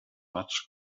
much